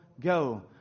go